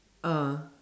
ah